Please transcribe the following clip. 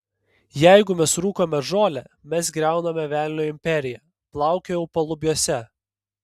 jeigu mes rūkome žolę mes griauname velnio imperiją plaukiojau palubiuose